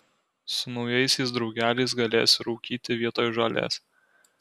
su naujaisiais draugeliais galėsi rūkyti vietoj žolės